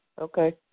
Okay